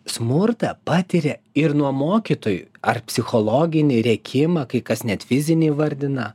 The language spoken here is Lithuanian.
smurtą patiria ir nuo mokytojų ar psichologinį rėkimą kai kas net fizinį vardina